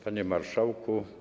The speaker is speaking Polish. Panie Marszałku!